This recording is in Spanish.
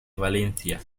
valencia